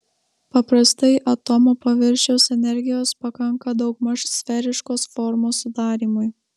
paprastai atomo paviršiaus energijos pakanka daugmaž sferiškos formos sudarymui